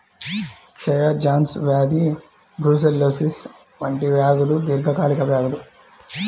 క్షయ, జాన్స్ వ్యాధి బ్రూసెల్లోసిస్ వంటి వ్యాధులు దీర్ఘకాలిక వ్యాధులు